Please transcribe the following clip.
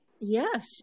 yes